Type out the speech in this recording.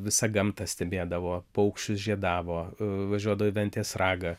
visą gamtą stebėdavo paukščius žiedavo važiuodavo į ventės ragą